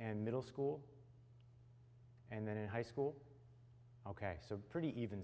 and middle school and then in high school ok so pretty even